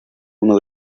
uno